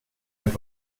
and